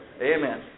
Amen